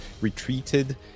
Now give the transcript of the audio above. retreated